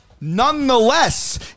nonetheless